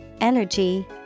energy